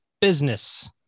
business